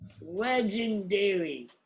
Legendary